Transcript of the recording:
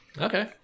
Okay